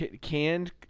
Canned